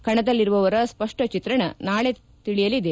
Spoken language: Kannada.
ಕಣದಲ್ಲಿರುವವರ ಸ್ವಪ್ಪ ಚಿತ್ರಣ ನಾಳೆ ತಿಳಿಯಲಿದೆ